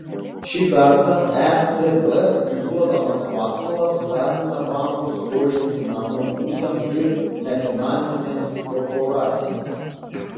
šį kartą ecb išduodamas paskolas skatina bankus skolinti namų ūkiams ir nefinansinėms korporacijoms